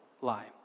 lie